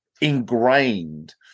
ingrained